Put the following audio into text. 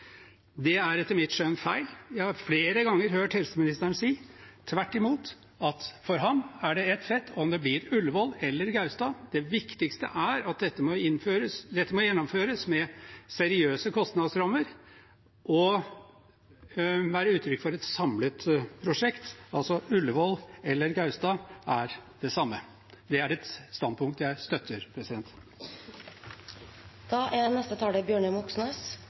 Det er etter mitt skjønn feil. Jeg har flere ganger hørt helseministeren si tvert imot, at for ham er det ett fett om det blir Ullevål eller Gaustad, det viktigste er at dette må gjennomføres med seriøse kostnadsrammer og være uttrykk for et samlet prosjekt. Altså Ullevål eller Gaustad er det samme. Det er et standpunkt jeg støtter.